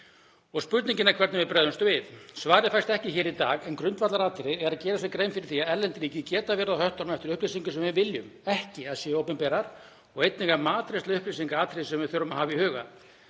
Spurningin er hvernig við bregðumst við. Svarið fæst ekki hér í dag en grundvallaratriði er að gera sér grein fyrir því að erlend ríki geta verið á höttunum eftir upplýsingum sem við viljum ekki að séu opinberar og einnig er matreiðsla upplýsinga atriði sem við þurfum að hafa í huga.